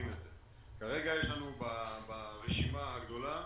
כרגע יש לנו ברשימה הגדולה